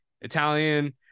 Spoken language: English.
Italian